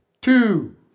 two